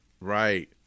Right